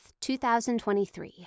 2023